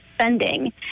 spending